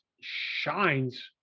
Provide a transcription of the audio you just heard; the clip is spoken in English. shines